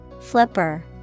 Flipper